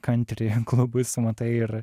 kantri klubus matai ir